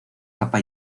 capa